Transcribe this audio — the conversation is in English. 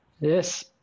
Yes